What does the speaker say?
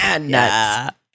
Nuts